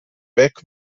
beck